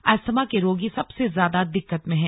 asthma के रोगी सबसे ज्यादा दिक्कत में हैं